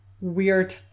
weird